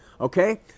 Okay